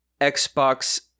Xbox